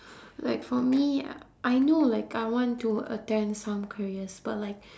like for me uh I know like I want to attend some careers but like